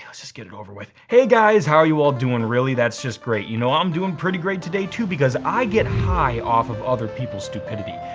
just get it over with. hey guys, how are you all doing? really, that's just great. you know i'm doing pretty great today, too, because i get high off of other people's stupidity.